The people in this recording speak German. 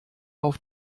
auf